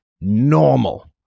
normal